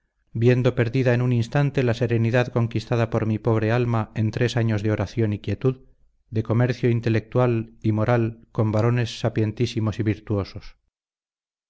viendo perdida en un instante la serenidad conquistada por mi pobre alma en tres años de oración y quietud de comercio intelectual y moral con varones sapientísimos y virtuosos